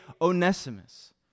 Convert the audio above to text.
Onesimus